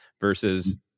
versus